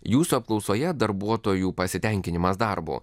jūsų apklausoje darbuotojų pasitenkinimas darbu